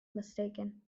mistaken